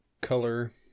Color